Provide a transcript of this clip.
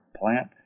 plant